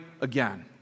again